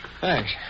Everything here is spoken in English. Thanks